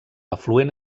afluent